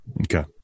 Okay